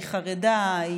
היא חרדה,